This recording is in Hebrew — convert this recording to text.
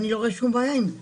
אני לא רואה שום בעיה עם זה,